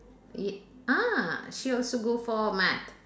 y~ ah she also go for math